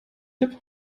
tipp